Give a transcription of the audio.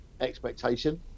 expectation